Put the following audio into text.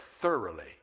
thoroughly